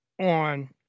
on